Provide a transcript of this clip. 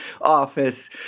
office